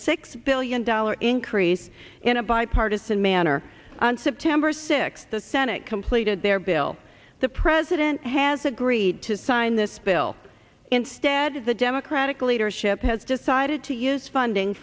six billion dollars increase in a bipartisan manner on september sixth the senate completed their bill the president has agreed to sign this bill instead the democratic leadership has decided to use funding